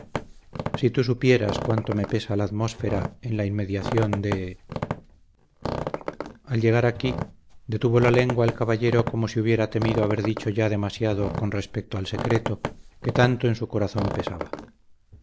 si tú supieras cuánto me pesa la atmósfera en la inmediación de al llegar aquí detuvo la lengua el caballero como si hubiera temido haber dicho ya demasiado con respecto al secreto que tanto en su corazón pesaba